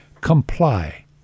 comply